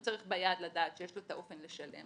הוא צריך מיד לדעת שיש לו את האופן לשלם,